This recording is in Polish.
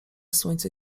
słońce